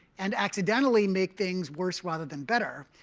and accidentally make things worse, rather than better.